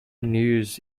news